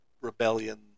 rebellion